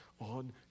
on